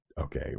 okay